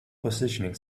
positioning